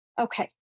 Okay